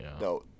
No